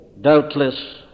Doubtless